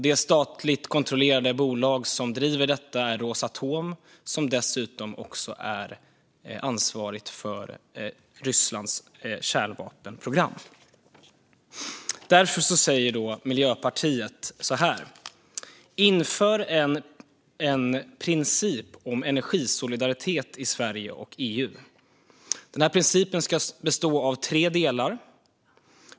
Det statligt kontrollerade bolag som driver detta är Rosatom, som dessutom är ansvarigt för Rysslands kärnvapenprogram. Därför säger Miljöpartiet så här: Inför en princip om energisolidaritet i Sverige och EU. Denna princip ska bestå av tre delar.